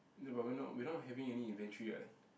no but we are not we are not having any inventory what